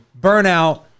burnout